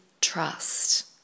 trust